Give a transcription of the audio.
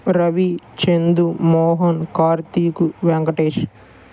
Ravi Chandu Mohan Karthik Venkatesh